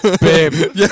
babe